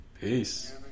peace